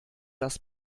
das